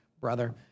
brother